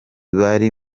bari